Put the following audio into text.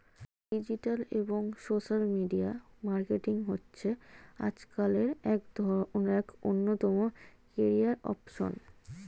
digital এবং social media marketing হচ্ছে আজকালের এক অন্যতম ক্যারিয়ার অপসন